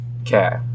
Okay